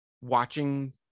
watching